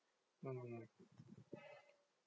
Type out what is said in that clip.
mm